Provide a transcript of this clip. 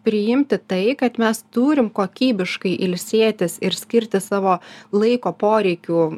priimti tai kad mes turim kokybiškai ilsėtis ir skirti savo laiko poreikių